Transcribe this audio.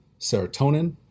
serotonin